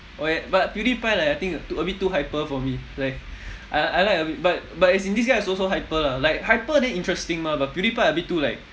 oh ya but but pewdiepie like I think too a bit too hyper for me like I I like a bit but but as in this guy is also hyper lah like hyper then interesting mah but pewdiepie a bit too like